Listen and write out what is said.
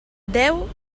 deu